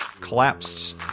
collapsed